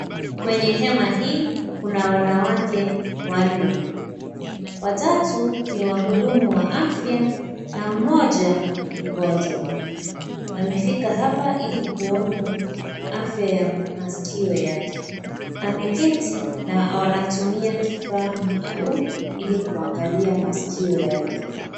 Kwenye hema hii, kuna wanawake wanne, watatu, ni wahudumu wa afya, na mmoja, ni mgonjwa, amefika hapa ili kuonwa, afya ya maskio yake, ameketi, na wanatumia kifaa maalum, ili kuangalia maskio yake.